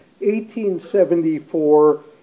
1874